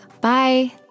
Bye